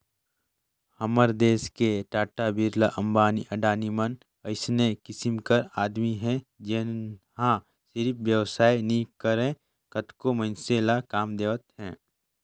हमर देस कर टाटा, बिरला, अंबानी, अडानी मन अइसने किसिम कर उद्यमी हे जेनहा सिरिफ बेवसाय नी करय कतको मइनसे ल काम देवत हे